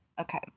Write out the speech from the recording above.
Okay